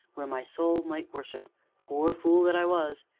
where my soul might worship poor fool that i was!